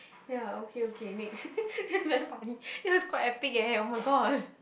ya okay okay next that's very funny that was quite epic eh oh my god